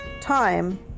time